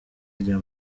rya